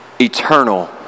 eternal